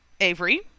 Avery